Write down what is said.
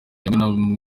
hamwe